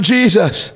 Jesus